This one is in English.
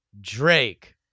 Drake